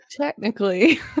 technically